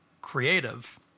creative